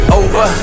over